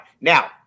Now